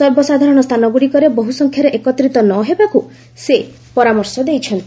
ସର୍ବସାଧାରଣ ସ୍ଥାନଗୁଡ଼ିକରେ ବହୁସଂଖ୍ୟାରେ ଏକତ୍ରିତ ନ ହେବାକୁ ସେ ପରାମର୍ଶ ଦେଇଛନ୍ତି